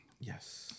yes